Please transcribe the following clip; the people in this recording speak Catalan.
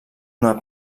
una